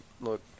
look